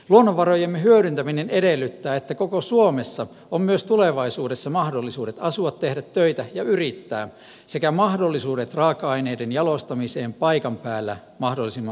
luonnonvarojemme hyödyntäminen edellyttää että koko suomessa on myös tulevaisuudessa mahdollisuudet asua tehdä töitä ja yrittää sekä mahdollisuudet raaka aineiden jalostamiseen paikan päällä mahdollisimman pitkälle